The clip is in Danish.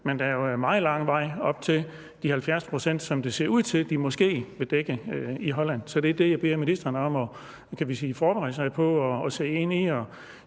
men der er jo meget lang vej op til de 70 pct., som det ser ud til de måske vil dække i Holland. Så det er det, jeg beder ministeren om at forberede sig på at se ind i,